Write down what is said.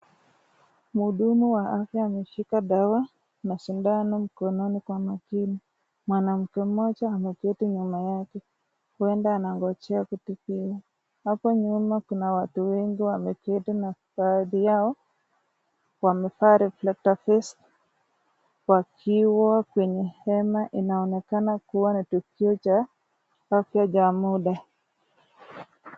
Mhudumu Wa afya ameshika dawa na sindano mkononi kwa makini. Mwanamke mmjoja ameketi nyuma yake. Huenda anangojea kutibiwa. Hapo nyuma Kuna watu wengi wameketi na baadhi yao wamevaa (cs)reflectors(cs) wakiwa kwenye hema. Inaonekana kuwa ni tukio Cha afya cha muda.